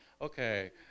Okay